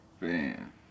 Man